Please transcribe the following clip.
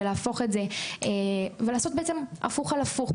ולעשות בעצם הפוך על הפוך,